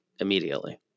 immediately